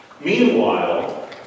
Meanwhile